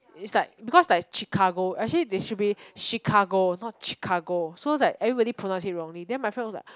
it's like because like chicago actually they should be chicago not chick car go so that everybody pronounce it wrongly then my friend was like